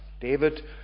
David